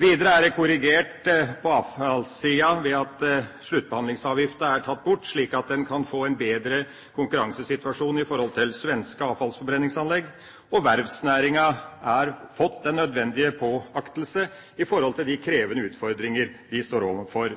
Videre er det korrigert på avfallssida ved at sluttbehandlingsavgiften er tatt bort, slik at en kan få en bedre konkurransesituasjon overfor svenske avfallsforbrenningsanlegg, og verftsnæringa har fått den nødvendige påaktelse med tanke på de krevende utfordringer den står overfor.